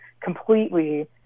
completely